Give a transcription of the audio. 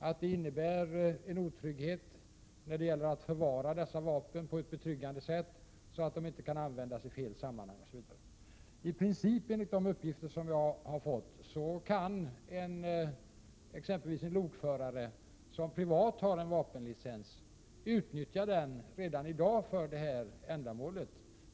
Dessa vapen måste också kunna förvaras på ett betryggande sätt, så att de inte kan användas i fel sammanhang osv. Enligt de uppgifter som jag har fått kan exempelvis en lokförare som privat har en vapenlicens i princip utnyttja denna redan i dag för detta ändamål.